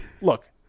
Look